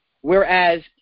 whereas